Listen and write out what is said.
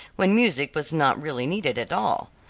when music was not really needed at all.